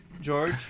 George